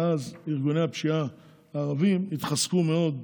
ואז ארגוני הפשיעה הערביים התחזקו מאוד,